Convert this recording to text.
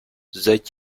seid